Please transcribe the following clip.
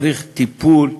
צריך טיפול ממוקד,